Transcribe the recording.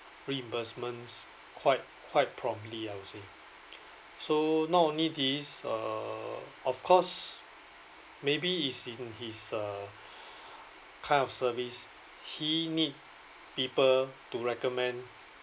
reimbursements quite quite promptly I would say so not only this uh of course maybe it's in his uh kind of service he need people to recommend